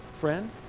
friend